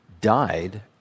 died